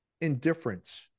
indifference